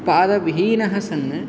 पादविहीनः सन्